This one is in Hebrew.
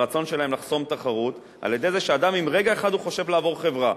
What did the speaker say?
הרצון שלהם לחסום תחרות על-ידי זה שאם רגע אחד אדם חושב לעבור חברה,